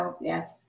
Yes